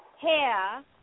hair